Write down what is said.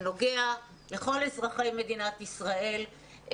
זה נוגע לכל אזרחי מדינת ישראל.